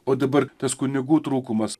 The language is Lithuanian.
o dabar tas kunigų trūkumas